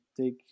take